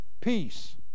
peace